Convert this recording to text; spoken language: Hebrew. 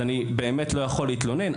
אני באמת לא יכול להתלונן.